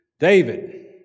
David